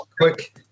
quick